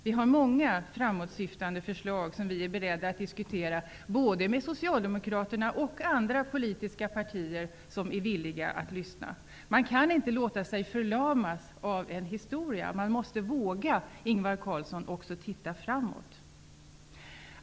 Vi har många framåtsyftande förslag, som vi är beredda att diskutera både med Socialdemokraterna och med andra politiska partier som är villiga att lyssna. Man kan inte låta sig att förlamas av historien. Man måste, Ingvar Carlsson, våga titta framåt.